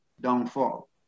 downfall